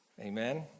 Amen